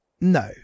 no